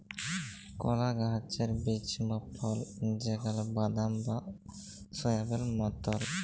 কলা গাহাচের বীজ বা ফল যেগলা বাদাম বা সয়াবেল মতল